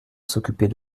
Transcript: s’occuper